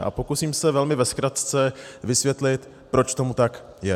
A pokusím se velmi ve zkratce vysvětlit, proč tomu tak je.